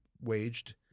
waged